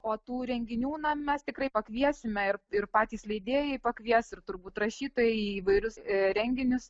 o tų renginių na mes tikrai pakviesime ir ir patys leidėjai pakvies ir turbūt rašytojai į įvairius renginius